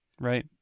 right